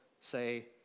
say